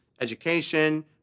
education